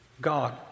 God